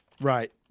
Right